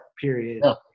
period